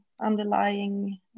underlying